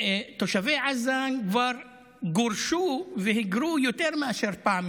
תושבי עזה כבר גורשו והיגרו יותר מפעם אחת.